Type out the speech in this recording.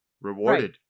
Rewarded